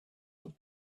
that